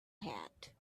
had